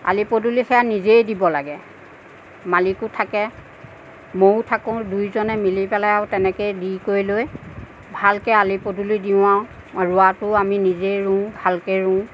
আলি পদুলি সেয়া নিজেই দিব লাগে মালিকো থাকে ময়ো থাকোঁ দুয়োজনে মিলি পেলাই আৰু তেনেকৈ দি কৰি লৈ ভালকৈ আলি পদুলি দিওঁ আৰু ৰোৱাটোও আমি নিজেই ৰোওঁ ভালকে ৰোওঁ